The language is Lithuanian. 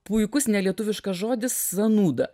puikus nelietuviškas žodis zanūda